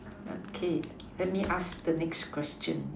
okay let me ask the next question